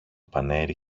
πανέρι